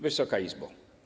Wysoka Izbo!